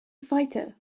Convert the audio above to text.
fighter